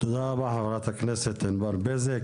תודה רבה חברת הכנסת ענבר בזק,